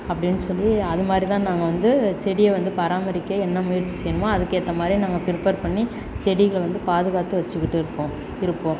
அப்படின்னு சொல்லி அதுமாதிரி தான் நாங்கள் வந்து செடியை வந்து பராமரிக்க என்ன முயற்சி செய்யணுமோ அதுக்கேற்ற மாதிரி நாங்கள் ப்ரிப்பேர் பண்ணி செடிகளை வந்து பாதுகாத்து வச்சுக்கிட்டு இருக்கோம் இருப்போம்